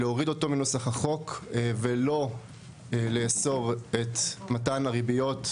להוריד אותו מנוסח החוק ולא לאסור את מתן הריביות,